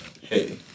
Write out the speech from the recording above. hey